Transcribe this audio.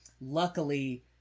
luckily